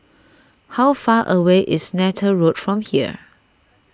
how far away is Neythal Road from here